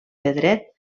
pedret